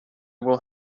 will